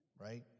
right